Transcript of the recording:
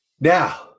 Now